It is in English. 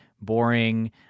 boring